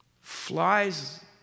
flies